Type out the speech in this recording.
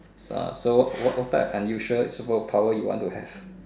so so what what type of unusual super power you want to have